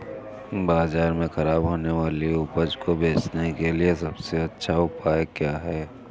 बाज़ार में खराब होने वाली उपज को बेचने के लिए सबसे अच्छा उपाय क्या हैं?